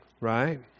Right